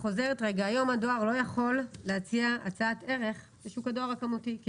היום הדואר לא יכול להציע הצעת ערך לשוק הדואר הכמותי כי